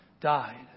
died